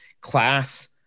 class